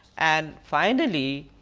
and finally,